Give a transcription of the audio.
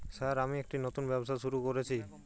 Sir আমি একটি নতুন ব্যবসা শুরু করেছি?